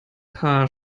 paar